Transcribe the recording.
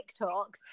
TikToks